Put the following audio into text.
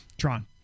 Tron